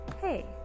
Hey